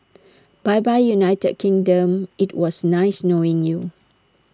bye bye united kingdom IT was nice knowing you